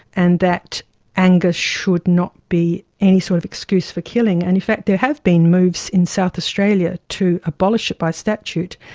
and that anger should not be any sort of excuse for killing. and in fact there have been moves in south australia to abolish it by statute.